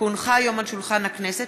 כי הונחה היום על שולחן הכנסת,